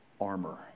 armor